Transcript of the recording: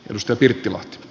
arvoisa puhemies